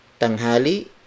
Tanghali